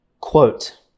Quote